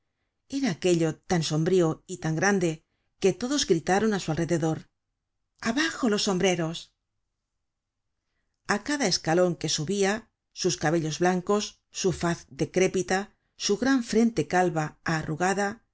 era aquello tan sombrío y tan grande que todos gritaron á su alrededor abajo los sombreros a cada escalon que subia sus cabellos blancos su faz decrépita su gran frente calva á arrugada